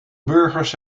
burgers